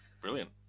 Brilliant